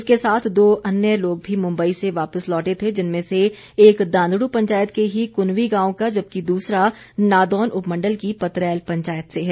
इसके साथ दो अन्य लोग भी मुम्बई से वापिस लौटे थे जिनमें से एक दांदड् पंचायत के ही कुनवीं गांव का जबकि दूसरा नादौन उपमंडल की पतरैल पंचायत से है